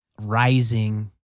rising